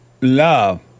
love